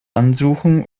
ansuchen